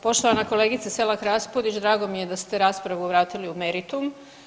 Poštovana kolegice Selak-Raspudić drago mi je da ste raspravu vratili u meritum.